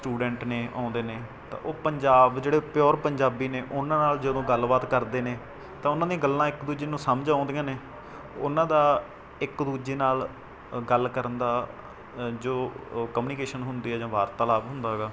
student ਨੇ ਆਉਂਦੇ ਨੇ ਤਾਂ ਉਹ ਪੰਜਾਬ ਜਿਹੜੇ ਪਿਓਰ ਪੰਜਾਬੀ ਨੇ ਉਨ੍ਹਾਂ ਨਾਲ ਜਦੋਂ ਗੱਲਬਾਤ ਕਰਦੇ ਨੇ ਤਾਂ ਉਨ੍ਹਾਂ ਦੀਆਂ ਗੱਲਾਂ ਇੱਕ ਦੂਜੇ ਨੂੰ ਸਮਝ ਆਉਂਦੀਆਂ ਨੇ ਉਨ੍ਹਾਂ ਦਾ ਇੱਕ ਦੂਜੇ ਨਾਲ ਗੱਲ ਕਰਨ ਦਾ ਜੋ ਓ ਕਮਨੀਕੇਸ਼ਨ ਹੁੰਦੀ ਹੈ ਜਾਂ ਵਾਰਤਾਲਾਪ ਹੁੰਦਾ ਹੈਗਾ